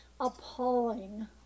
appalling